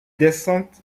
descente